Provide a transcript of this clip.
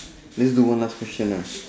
let's do one last question lah